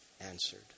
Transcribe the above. answered